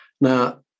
Now